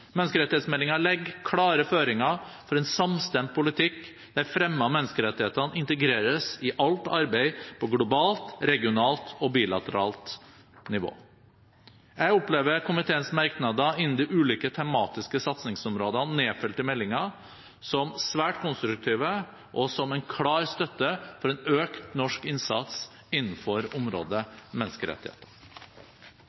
legger klare føringer for en samstemt politikk, der fremme av menneskerettighetene integreres i alt arbeid på globalt, regionalt og bilateralt nivå. Jeg opplever komiteens merknader innen de ulike tematiske satsingsområdene nedfelt i meldingen som svært konstruktive og som en klar støtte for en økt norsk innsats innenfor området menneskerettigheter.